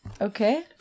okay